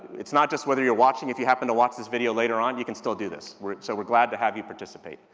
it's not just whether you're watching, if you happen to watch this video later on, you can still do this. we're, so we're glad to have you participate.